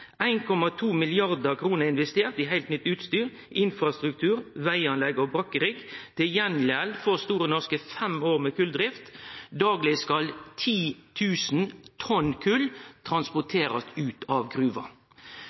i heilt nytt utstyr, infrastruktur, veganlegg og brakkerigg. Til gjengjeld får Store Norske fem år med koldrift. Dagleg skal 10 000 tonn kol bli transporterte ut av gruva.